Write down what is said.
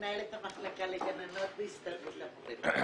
מנהלת המחלקה לגננות בהסתדרות המורים.